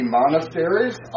monasteries